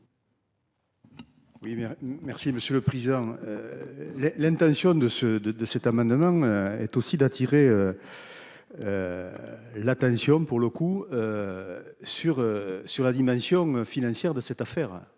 merci monsieur le président. Les l'intention de se, de, de cet amendement est aussi d'attirer. L'attention pour le coup. Sur sur la dimension financière de cette affaire.